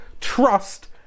trust